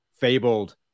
fabled